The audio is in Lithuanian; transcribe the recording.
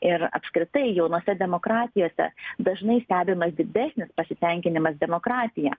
ir apskritai jaunose demokratijose dažnai stebimas didesnis pasitenkinimas demokratija